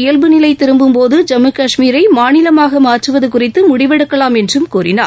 இயல்பு நிலைதிரும்பும் போது ஜம்மு கஷ்மீரைமாநிலமாகமாற்றுவதுகுறித்துமுடிவெடுக்கலாம் என்றும் அங்கு கூறினார்